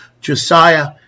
Josiah